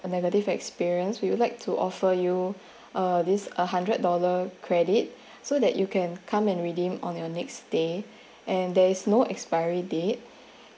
negative experience we would like to offer you uh this uh hundred dollar credit so that you can come and redeem on your next stay and there is no expiry date